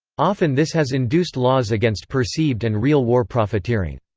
often this has induced laws against perceived and real war profiteering.